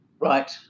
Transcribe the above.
Right